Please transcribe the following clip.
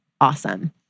awesome